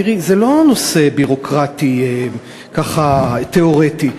תראי, זה לא נושא ביורוקרטי ככה תיאורטי.